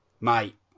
Mate